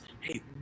hey